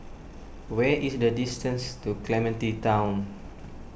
where is the distance to Clementi Town